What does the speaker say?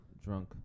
Drunk